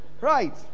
Right